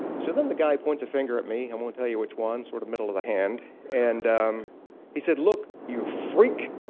so then the guy points a finger at me i won't tell you which one, sort of middle of the hand and um he said, look, you freak.